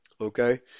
Okay